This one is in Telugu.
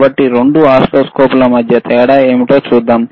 కాబట్టి రెండూ ఓసిల్లోస్కోప్ల మధ్య తేడా ఏమిటో చూద్దాం